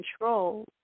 control